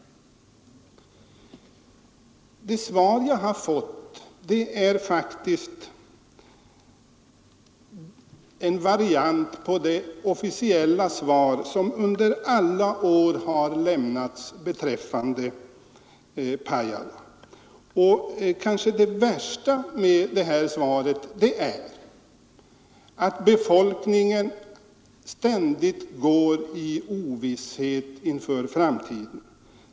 Det svar jag har fått är faktiskt en variant på det officiella svar som under alla år har lämnats beträffande Pajala. Det kanske värsta med det svaret är att befolkningen ständigt går i ovisshet inför framtiden.